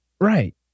Right